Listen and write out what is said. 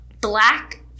black